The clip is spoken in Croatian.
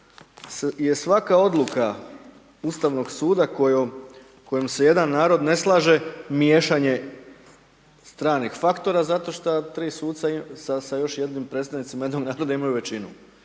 je svaka odluka Ustavnog suda kojom se jedan narod ne slaže miješanje stranih faktora zato šta tri suca sa još jednim predstavnicima jednog naroda imaju većinu